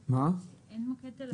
אין מוקד טלפוני?